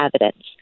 evidence